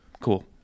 Cool